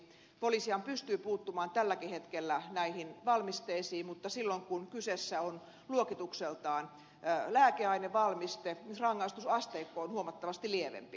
poliisihan pystyy puuttumaan tälläkin hetkellä näihin valmisteisiin mutta silloin kun kyseessä on luokitukseltaan lääkeainevalmiste rangaistusasteikko on huomattavasti lievempi